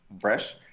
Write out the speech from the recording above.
fresh